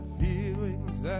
feelings